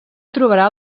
trobarà